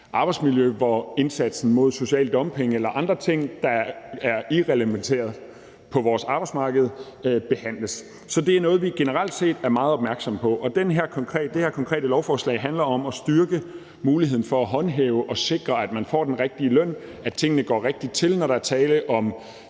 arbejdsmiljø, hvor indsatsen mod social dumping og andre ting, der ikke er reglementerede på vores arbejdsmarked, behandles. Så det er noget, vi generelt set er meget opmærksomme på. Konkret handler lovforslaget her om at styrke muligheden for at håndhæve og sikre, at man får den rigtige løn, og at tingene går rigtigt til, når der er tale om